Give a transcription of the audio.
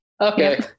Okay